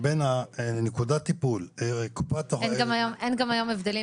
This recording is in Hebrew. בין נקודת הטיפול --- אין גם היום הבדלים